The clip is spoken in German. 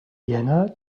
jänner